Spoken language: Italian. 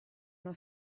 uno